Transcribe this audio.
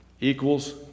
equals